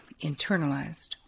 internalized